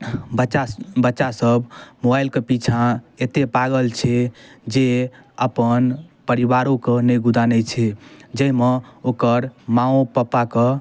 हँ बच्चा बच्चासभ मोबाइलके पिछाँ एतेक पागल छै जे अपन परिवारोके नहि गुदानै छै जाहिमे ओकर माँओ पप्पाके